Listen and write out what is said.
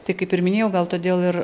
tai kaip ir minėjau gal todėl ir